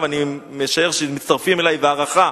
ואני משער שמצטרפים אלי בהערכה,